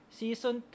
season